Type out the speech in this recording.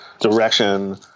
direction